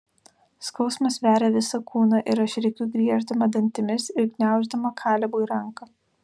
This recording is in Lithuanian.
skausmas veria visą kūną ir aš rėkiu grieždama dantimis ir gniauždama kalebui ranką